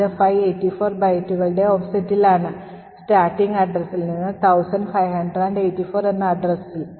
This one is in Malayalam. ഇത് 584 ബൈറ്റുകളുടെ ഓഫ്സെറ്റിലാണ് starting addressൽ നിന്ന് 1584 എന്ന addressൽ